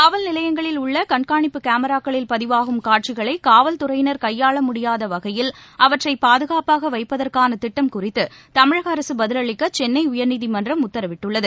காவல்நிலையங்களில் உள்ள கண்காணிப்புக் கேமராக்களில் பதிவாகும் காட்சிகளை காவல்துறையினர் கையாள முடியாத வகையில் அவற்றை பாதுகாப்பாக வைப்பதற்கான திட்டம் குறித்து தமிழக அரசு பதிலளிக்க சென்னை உயர்நீதிமன்றம் உத்தரவிட்டுள்ளது